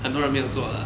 很多人没有做了